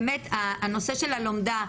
באמת, הנושא של הלומדה: